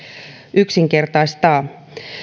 yksinkertaistaa